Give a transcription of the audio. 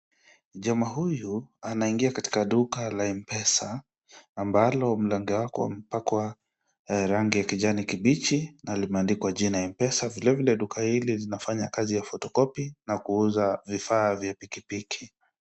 Jamaa huyu anaingia katika duka la M-Pesa, ambalo mlango wako mpakwa rangi ya kijani kibichi na lime andikwa jina M-Pesa vilevile duka hili linafanya kazi ya photocopy na kuuza vifaa vya pikipiki.